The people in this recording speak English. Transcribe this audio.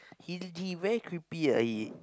he he very creepy he